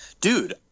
dude